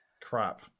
crap